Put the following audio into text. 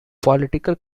political